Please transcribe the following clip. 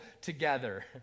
together